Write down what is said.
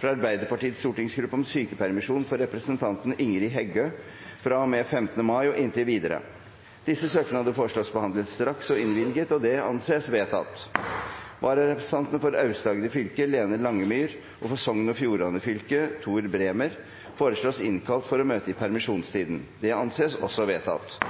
fra Arbeiderpartiets stortingsgruppe om sykepermisjon for representanten Ingrid Heggø fra og med 15. mai og inntil videre Etter forslag fra presidenten ble enstemmig besluttet: Søknadene behandles straks og innvilges. Følgende vararepresentanter innkalles for å møte i permisjonstiden: For Aust-Agder fylke: Lene Langemyr For Sogn og Fjordane fylke: Tor Bremer